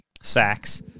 sacks